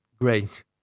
great